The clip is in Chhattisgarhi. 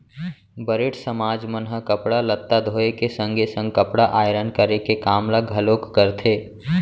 बरेठ समाज मन ह कपड़ा लत्ता धोए के संगे संग कपड़ा आयरन करे के काम ल घलोक करथे